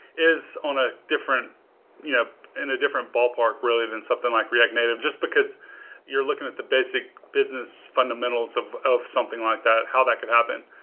is on a different you know and different ballpark, really, than something like react native just because you're looking at the basic business fundamentals of of something like that, how that could happen.